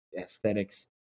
aesthetics